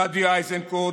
גדי איזנקוט,